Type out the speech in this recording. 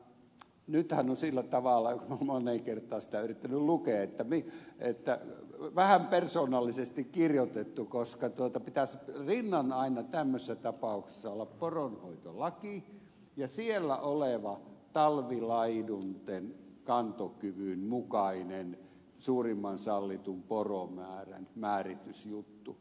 nythän on sillä tavalla olen moneen kertaan sitä yrittänyt lukea että se on vähän persoonallisesti kirjoitettu koska pitäisi rinnan aina tämmöisessä tapauksessa olla poronhoitolaki ja siellä oleva talvilaidunten kantokyvyn mukainen suurimman sallitun poromäärän määritysjuttu